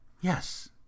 Yes